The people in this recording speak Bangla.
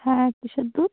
হ্যাঁ কীসের দুধ